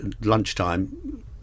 lunchtime